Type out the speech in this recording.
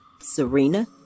Serena